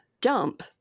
dump